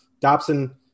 Dobson